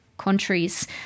countries